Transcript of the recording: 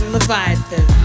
Leviathan